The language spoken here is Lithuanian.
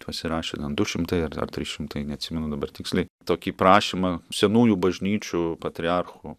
pasirašė ten du šimtai ar ar trys šimtai neatsimenu dabar tiksliai tokį prašymą senųjų bažnyčių patriarchų